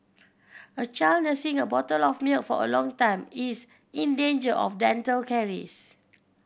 a child nursing a bottle of milk for a long time is in danger of dental caries